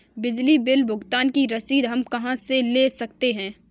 बिजली बिल भुगतान की रसीद हम कहां से ले सकते हैं?